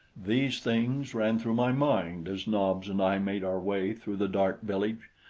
these things ran through my mind as nobs and i made our way through the dark village,